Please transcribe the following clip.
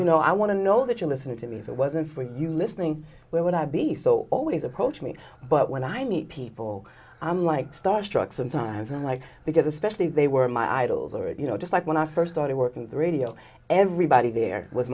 you know i want to know that you're listening to me if it wasn't for you listening where would i be so always approach me but when i meet people i'm like starstruck sometimes i'm like because especially they were my idols are you know just like when i first started working at the radio everybody there w